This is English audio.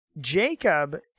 Jacob